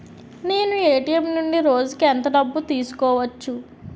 నేను ఎ.టి.ఎం నుండి రోజుకు ఎంత డబ్బు తీసుకోవచ్చు?